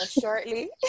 shortly